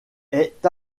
est